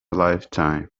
lifetime